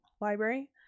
library